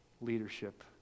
leadership